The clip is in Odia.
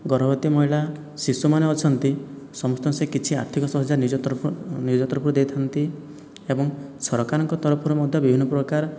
ଗର୍ଭବତୀ ମହିଳା ଶିଶୁମାନେ ଅଛନ୍ତି ସମସ୍ତଙ୍କୁ ସେ କିଛି ଆର୍ଥିକ ସହାୟତା ନିଜ ତରଫରୁ ନିଜ ତରଫରୁ ଦେଇଥା'ନ୍ତି ଏବଂ ସରକାରଙ୍କ ତରଫରୁ ମଧ୍ୟ ବିଭିନ୍ନ ପ୍ରକାର